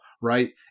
right